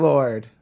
Lord